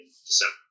December